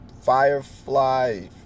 Firefly